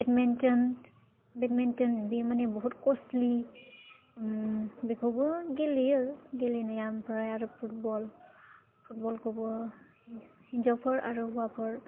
badminton badminton बे मानि बुहुत कस्टलि बेखौबो गेलेयो गेलेनाया ओमफ्राय फुटबल फुटबलखौबो हिन्जावफोर आरो हौवाफोर